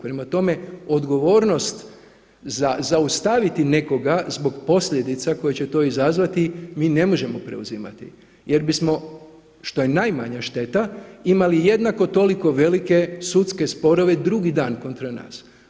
Prema tome, odgovornost za zaustaviti nekoga zbog posljedica koje će to izazvati mi ne možemo preuzimati jer bismo što je najmanja šteta imali jednako toliko velike sudske sporove drugi dan kontra nas.